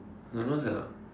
don't know sia